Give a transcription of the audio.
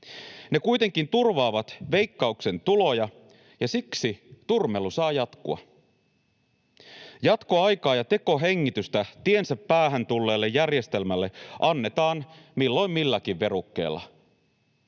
Ne kuitenkin turvaavat Veikkauksen tuloja, ja siksi turmelu saa jatkua. Jatkoaikaa ja tekohengitystä tiensä päähän tulleelle järjestelmälle annetaan milloin milläkin verukkeella.